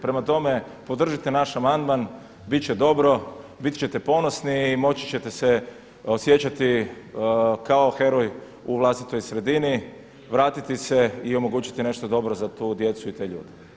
Prema tome, podržite naš amandman, bit će dobro, bit ćete ponosni i moći ćete se osjećati kao heroj u vlastitoj sredini, vratiti se i omogućiti nešto dobro za tu djecu i te ljude.